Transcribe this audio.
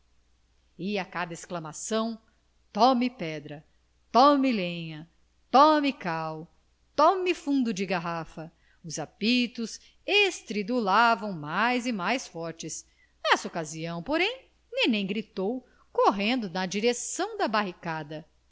e a cada exclamação tome pedra tome lenha tome cal tome fundo de garrafa os apitos estridulavam mais e mais fortes nessa ocasião porém nenen gritou correndo na direção da barricada